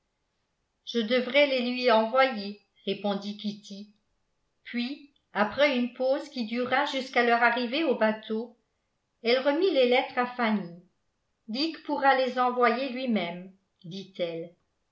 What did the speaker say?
je devrais les lui envoyer répondit kitty puis après une pause qui dura jusqu'à leur arrivée au bateau elle remit les lettres à fanny dick pourra les envoyer lui-même dit-elle